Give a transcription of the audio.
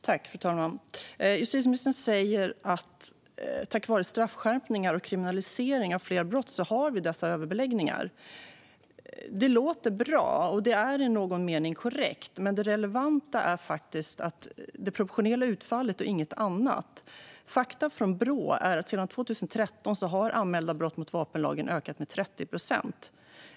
Fru ålderspresident! Justitieministern säger att vi har dessa överbeläggningar tack vare straffskärpningar och kriminalisering av fler brott. Det låter bra, och det är i någon mening korrekt. Men det relevanta är faktiskt det proportionerliga utfallet och inget annat. Fakta från Brå är att antalet anmälda brott mot vapenlagen ökat med 30 procent sedan 2013.